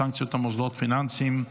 סנקציות על מוסדות פיננסיים),